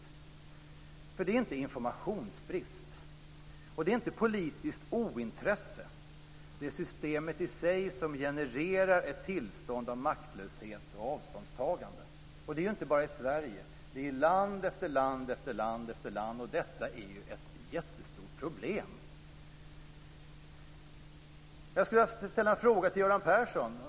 Det är inte informationsbrist, och det är inte politiskt ointresse, utan det är systemet i sig som genererar ett tillstånd av maktlöshet och avståndstagande. Det är inte bara i Sverige, utan det är i land efter land efter land. Detta är ett jättestort problem. Jag skulle vilja ställa en fråga till dig, Göran Persson.